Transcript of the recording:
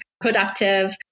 productive